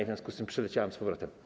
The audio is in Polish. W związku z tym przyleciałem z powrotem.